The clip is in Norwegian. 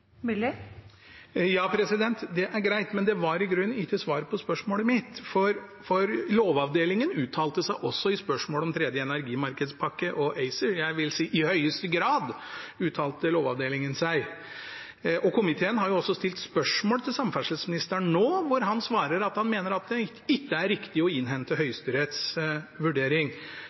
Det er greit, men det var i grunnen ikke svar på spørsmålet mitt. Lovavdelingen uttalte seg også i spørsmålet om tredje energimarkedspakke og ACER. Jeg vil si at i høyeste grad uttalte Lovavdelingen seg. Komiteen har også stilt spørsmål til samferdselsministeren nå hvor han svarer at han mener at det ikke er riktig å innhente